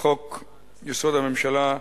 לחוק-יסוד: הממשלה,